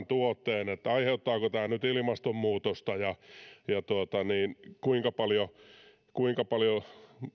tuotteen aiheuttaako tämä nyt ilmastonmuutosta ja kuinka paljon kuinka paljon